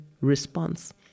response